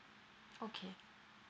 okay